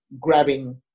grabbing